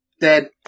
dead